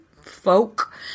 folk—